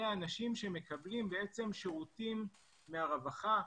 אלה אנשים שמקבלים שירותים מהרווחה,